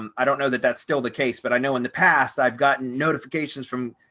um i don't know that that's still the case. but i know in the past i've gotten notifications from